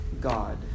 God